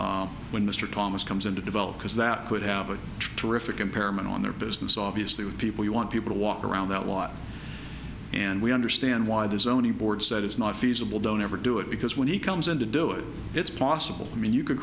access when mr thomas comes in to develop because that could have a terrific impairment on their business obviously with people you want people to walk around that lot and we understand why the zoning board said it's not feasible don't ever do it because when he comes in to do it it's possible i mean you could